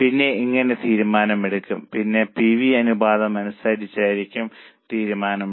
പിന്നെ എങ്ങനെ തീരുമാനം എടുക്കും പിന്നെ പി വി അനുപാതം അനുസരിച്ചായിരിക്കും തീരുമാനം